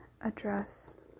address